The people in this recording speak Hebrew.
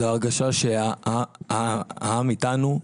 זו הרגשה שהעם איתנו,